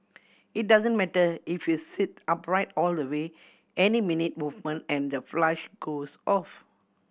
it doesn't matter if you sit upright all the way any minute movement and the flush goes off